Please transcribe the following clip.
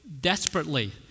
desperately